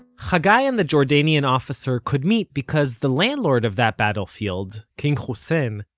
hagai and the jordanian officer could meet because the landlord of that battlefield, king hussein,